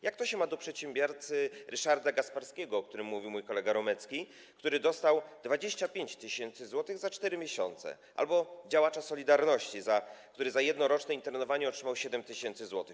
Jak to się ma do przedsiębiorcy Ryszarda Gasparskiego, o którym mówił mój kolega Romecki, który dostał 25 tys. zł za 4 miesiące, albo działacza „Solidarności”, który za jednoroczne internowanie otrzymał 7 tys. zł?